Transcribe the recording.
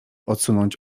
odsunąć